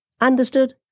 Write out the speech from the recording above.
Understood